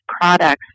products